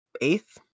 eighth